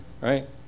right